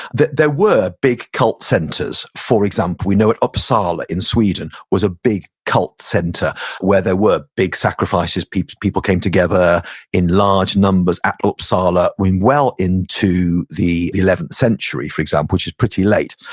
there there were big cult centers. for example, we know at uppsala in sweden was a big cult center where there were big sacrifices. people people came together in large numbers at uppsala, went well into the eleventh century, for example, which is pretty late.